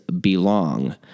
belong